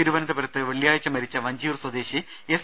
തിരുവനന്തപുരത്ത് വെള്ളിയാഴ്ച മരിച്ച വഞ്ചിയൂർ സ്വദേശി എസ്